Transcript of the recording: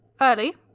early